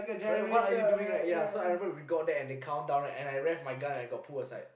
sorry what are you doing right ya so I remember we got there at the countdown right and then I rev my gun and I got pulled aside